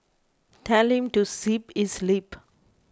telling to zip its lip